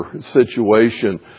situation